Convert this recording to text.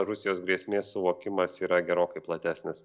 rusijos grėsmės suvokimas yra gerokai platesnis